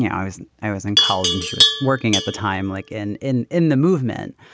yeah i was i was in college and she was working at the time like in in in the movement.